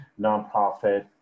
nonprofit